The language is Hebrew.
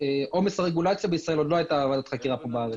עומס הרגולציה בישראל עוד לא הייתה ועדת חקירה בארץ.